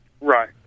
Right